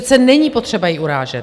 Přece není potřeba ji urážet.